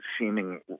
seeming